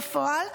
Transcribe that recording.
בפועל,